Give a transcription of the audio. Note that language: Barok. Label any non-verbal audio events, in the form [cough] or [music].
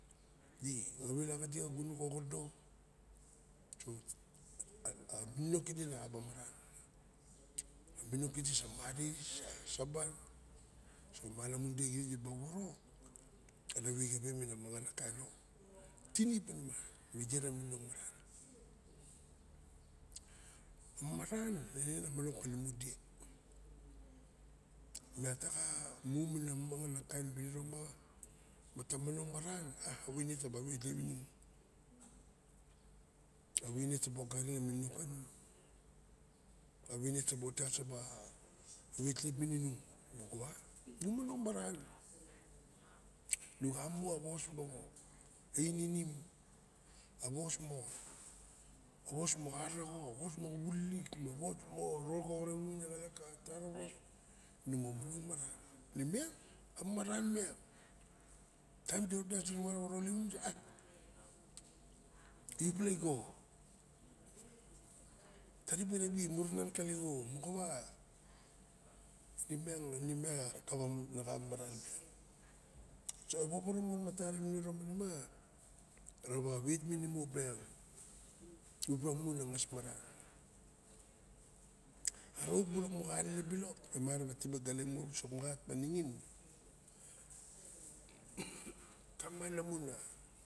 [hesitation] a mininong kidi na xa be manong maran mininong kidi sa saban idexip dibuk poworo [noise] tinip amamaran ine na manong ka lumo de. Nataxa mu miang ana kain piniro mata manong maran wame taba wet nung awaine ta ba ogarin a mininong kanung moxowa a waine taba wetlep inung moxowa nu monong maran. Nu xamu a was moxo ininim a was moaraxo ados mo wulilik awos mo ronkoxorpiin a xalap kawas. Nu momonong maran. Nemiang amamaran miang taim diot das diramara rolevinung. Yupla i go. taribe rawidi muranan kalixio moxowa opiang inemiang na xa maran miang. So e woworo matara winiro ma raw wet minin imu opiang mibla mu na ngas maran ara uk mon moxa alelep bilok emara tibe gale imu a wisok maxat mo ningin [noise] kamala muna.